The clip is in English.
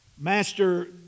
Master